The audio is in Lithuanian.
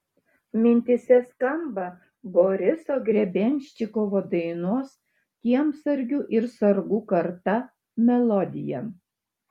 mintyse skamba boriso grebenščikovo dainos kiemsargių ir sargų karta melodija